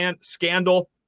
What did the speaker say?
scandal